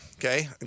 Okay